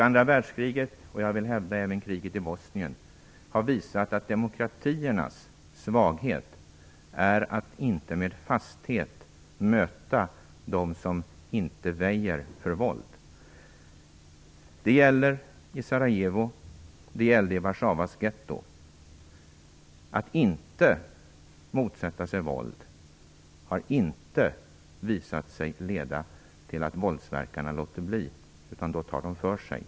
Andra världskriget och även kriget i Bosnien, vill jag hävda, har visat att demokratiernas svaghet är att inte med fasthet möta dem som inte väjer för våld. Det gäller i Sarajevo och det gällde i Warszawas getto. Att inte motsätta sig våld har inte visat sig leda till att våldsverkarna låter bli våldet, utan då tar de för sig.